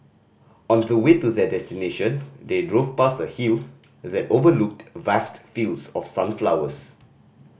on the way to their destination they drove past a hill that overlooked vast fields of sunflowers